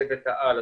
צוות העל,